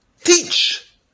teach